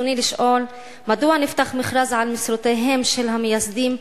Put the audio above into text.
רצוני לשאול: מדוע נפתח מכרז על משרותיהם של המייסדים,